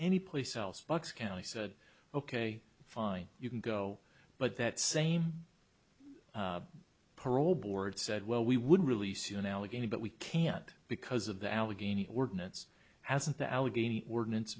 anyplace else bucks county said ok fine you can go but that same parole board said well we would really soon allegheny but we can't because of the allegheny ordinance hasn't the allegheny ordinance